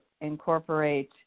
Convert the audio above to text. incorporate